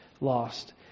lost